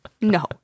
no